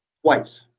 twice